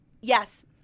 Yes